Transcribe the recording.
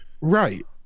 Right